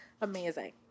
Amazing